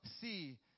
see